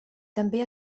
també